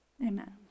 Amen